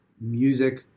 music